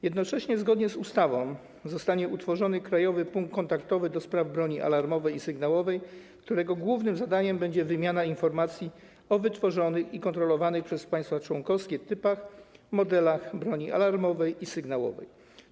Jednocześnie zgodnie z ustawą zostanie utworzony Krajowy Punkt Kontaktowy do Spraw Broni Alarmowej i Sygnałowej, którego głównym zadaniem będzie wymiana informacji o wytworzonych i kontrolowanych przez państwa członkowskie typach i modelach broni alarmowej i sygnałowej.